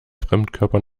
fremdkörper